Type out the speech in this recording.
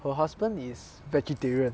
her husband is vegetarian